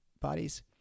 bodies